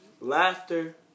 laughter